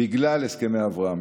בגלל הסכמי אברהם.